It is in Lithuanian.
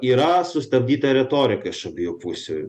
yra sustabdyta retorika iš abiejų pusių